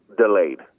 delayed